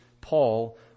Paul